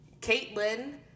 Caitlin